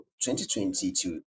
2022